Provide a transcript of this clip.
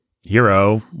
hero